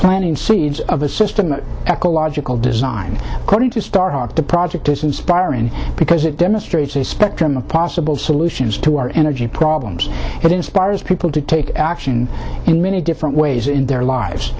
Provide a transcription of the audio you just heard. planting seeds of a system of ecological design according to start the project is inspiring because it demonstrates the spectrum of possible solutions to our energy problems it inspires people to take action in many different ways in their lives